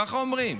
ככה אומרים.